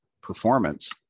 performance